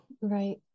right